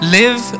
live